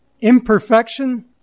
imperfection